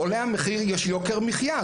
עולה המחיר יש יוקר מחייה.